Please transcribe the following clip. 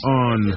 on